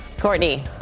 courtney